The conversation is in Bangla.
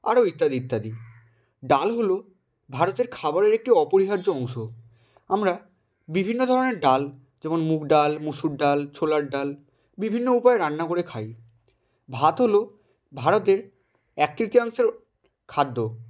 আরও ইত্যাদি ইত্যাদি ডাল হলো ভারতের খাবারের একটি অপরিহার্য অংশ আমরা বিভিন্ন ধরনের ডাল যেমন মুগ ডাল মুসুর ডাল ছোলার ডাল বিভিন্ন উপায়ে রান্না করে খাই ভাত হলো ভারতের এক তৃতীয়াংশর খাদ্য